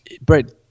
Brett